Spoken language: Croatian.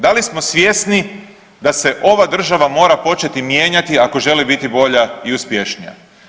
Da li smo svjesni da se ova država mora početi mijenjati ako želi biti bolja i uspješnija?